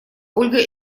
ольга